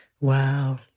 wow